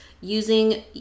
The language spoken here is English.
using